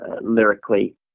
lyrically